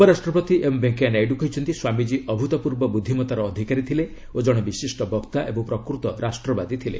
ଉପରାଷ୍ଟ୍ରପତି ଏମ୍ ଭେଙ୍କେୟା ନାଇଡୁ କହିଛନ୍ତି ସ୍ୱାମୀଜୀ ଅଭ୍ତପୂର୍ବ ବୁଦ୍ଧିମତାର ଅଧିକାରୀ ଥିଲେ ଓ ଜଣେ ବିଶିଷ୍ଟ ବକ୍ତା ଏବଂ ପ୍ରକୃତ ରାଷ୍ଟ୍ରବାଦୀ ଥିଲେ